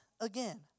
again